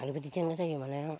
ओरैबादि जेंना माने